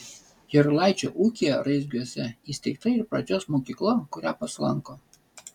jarulaičio ūkyje raizgiuose įsteigta ir pradžios mokykla kurią pats lanko